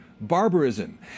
barbarism